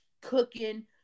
cooking